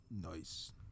Nice